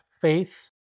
faith